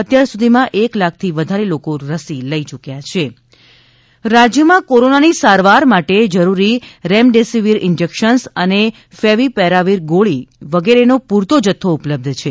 અત્યાર સુધીમાં એક લાખથી વધારે લોકો રસી લઇ ચુકયા છે રાજ્યમાં કોરોનાની સારવાર માટે જરૂરી રેમડેસીવીર ઇન્જેક્શન ફેવીપીરાવીર ગોળી વગેરેનો પૂરતો જથ્થો ઉપલબ્ધ છે